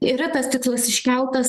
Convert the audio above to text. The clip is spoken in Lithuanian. yra tas tikslas iškeltas